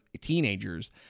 teenagers